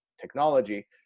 technology